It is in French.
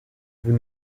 vous